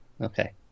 Okay